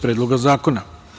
Predloga zakona.